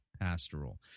pastoral